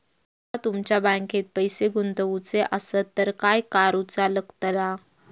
माका तुमच्या बँकेत पैसे गुंतवूचे आसत तर काय कारुचा लगतला?